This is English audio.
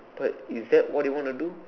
but is that what you want to do